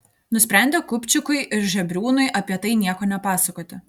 nusprendė kupčikui ir žebriūnui apie tai nieko nepasakoti